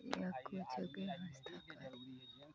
या किछो के व्यवस्था कऽ दी